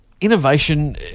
Innovation